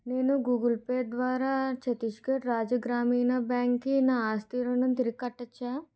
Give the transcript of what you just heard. నేను Google Pay ద్వారా ఛత్తీస్ఘడ్ రాజ్య గ్రామీణ బ్యాంక్కి నా ఆస్తి రుణం తిరిగి కట్టవచ్చా